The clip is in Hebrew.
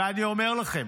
ואני אומר לכם,